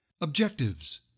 Objectives